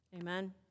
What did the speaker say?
Amen